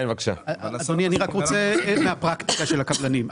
אדוני, אני רק רוצה מהפרקטיקה של הקבלנים.